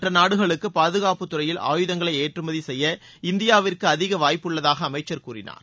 மற்ற நாடுகளுக்கு பாதுகாப்புத்துறையில் ஆயுதங்களை ஏற்றுமதி செய்ய இந்தியாவிற்கு அதிக வாய்ப்பு உள்ளதாக அமைச்சர் கூறினார்